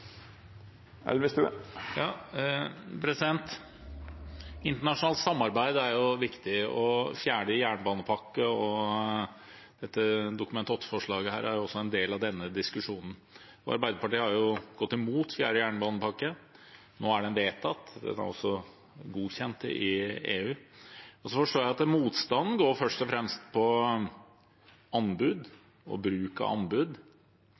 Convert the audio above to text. Internasjonalt samarbeid er viktig, og fjerde jernbanepakke og dette Dokument 8-forslaget er også en del av denne diskusjonen. Arbeiderpartiet har jo gått imot fjerde jernbanepakke. Nå er den vedtatt. Den er også godkjent i EU. Jeg forstår at motstanden først og fremst går på bruk av anbud.